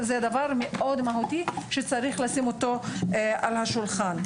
זה דבר מהותי מאוד שצריך לשים אותו על השולחן.